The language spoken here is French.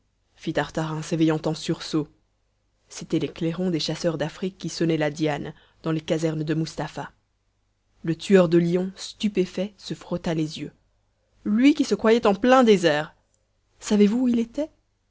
tartarin s'éveillant en sursaut c'étaient les clairons des chasseurs d'afrique qui sonnaient la diane dans les casernes de mustapha le tueur de lions stupéfait se frotta les yeux lui qui se croyait en plein désert savez-vous où il était